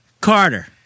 Carter